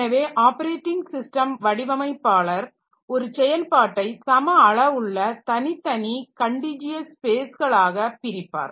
எனவே operating system வடிவமைப்பாளர் ஒரு செயல்பாட்டை சம அளவுள்ள தனித்தனி கன்டிஜியஸ் ஸ்பேஸ்களாக பிரிப்பார்